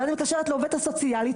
ואז אני מתקשרת לעובדת הסוציאלית,